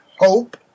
hope